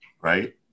Right